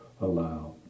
allow